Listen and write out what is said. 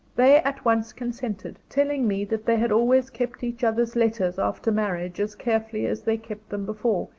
they at once consented telling me that they had always kept each other's letters after marriage, as carefully as they kept them before,